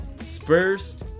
Spurs